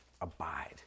abide